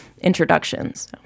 introductions